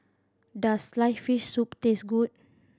does sliced fish soup taste good